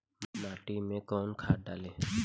माटी में कोउन खाद डाली?